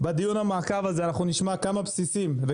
בדיון המעקב נשמע כמה בסיסים,